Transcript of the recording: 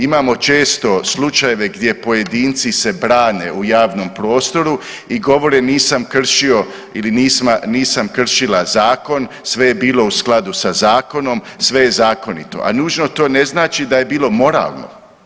Imamo često slučajeve gdje pojedinci se brane u javnom prostoru i govore nisam kršio ili nisam kršila zakon, sve je bilo u skladu sa zakonom, sve je zakonito, a nužno to ne znači da je bilo moralno.